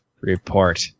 Report